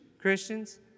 Christians